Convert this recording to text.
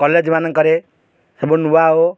college ମାନଙ୍କରେ ସବୁ ନୂଆ ଓ